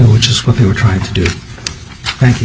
which is what we were trying to do thank you